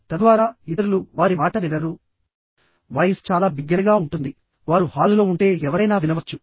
తద్వారా ఇతరులు వారి మాట వినగలరు వాయిస్ చాలా బిగ్గరగా ఉంటుంది వారు హాలులో ఉంటే ఎవరైనా వినవచ్చు